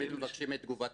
שהם תמיד מבקשים את תגובת